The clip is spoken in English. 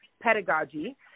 pedagogy